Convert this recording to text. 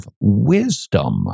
wisdom